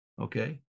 Okay